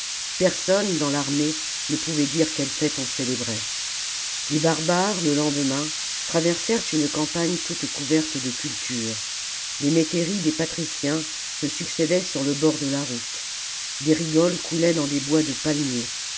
personne dans l'armée ne pouvait dire quelle fête on célébrait les barbares le lendemain traversèrent une campagne toute couverte de cultures les métairies des patriciens se succédaient sur le bord de la route des rigoles coulaient dans des bois de palmiers